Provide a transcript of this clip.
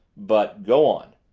but go on!